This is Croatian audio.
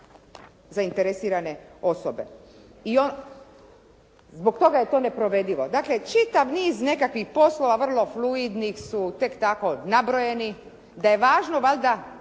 zainteresirane osobe. Zbog toga je to neprovedivo. Dakle, čitav niz nekakvih poslova vrlo fluidnih su tek tako nabrojeni da je važno valjda